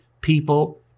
people